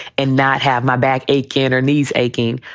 and not have my back, a cantonese aching,